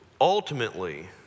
Ultimately